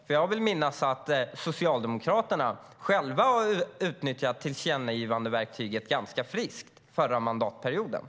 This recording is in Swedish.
Jag vill minnas att Socialdemokraterna själva utnyttjade tillkännagivandeverktyget ganska friskt förra mandatperioden.